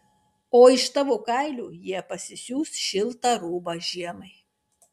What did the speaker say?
o iš tavo kailio jie pasisiūs šiltą rūbą žiemai